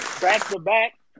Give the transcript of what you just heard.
back-to-back